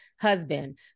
husband